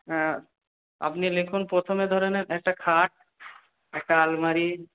আপনি লিখুন প্রথমে ধরে নিন একটা খাট একটা আলমারি